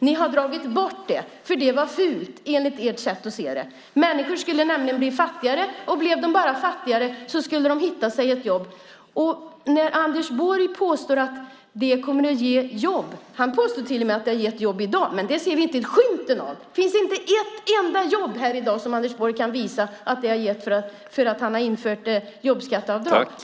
Ni har dragit bort det, för det var fult enligt ert sätt att se det. Människor skulle nämligen bli fattigare, och blev de bara fattigare skulle de hitta sig ett jobb. Anders Borg påstår att det kommer att ge jobb. Han påstår till och med att det har gett jobb i dag, men det ser vi inte skymten av. Det finns inte ett enda jobb här i dag som Anders Borg kan visa att det har skapats för att han har infört jobbskatteavdrag!